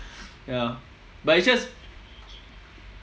ya but it's just